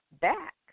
back